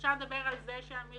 ואפשר לדבר על כך שהמרפאות